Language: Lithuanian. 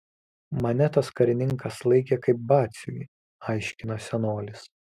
mane tas karininkas laikė kaip batsiuvį aiškina senolis